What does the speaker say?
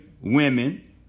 women